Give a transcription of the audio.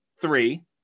three